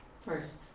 first